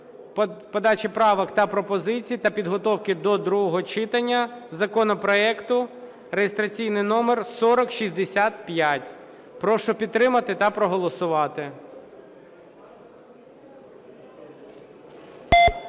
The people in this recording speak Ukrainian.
подачі правок та пропозицій та підготовки до другого читання законопроекту (реєстраційний номер 4065). Прошу підтримати та проголосувати.